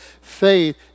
Faith